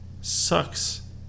sucks